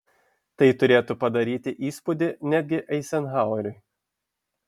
tai turėtų padaryti įspūdį netgi eizenhaueriui